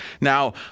Now